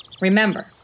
Remember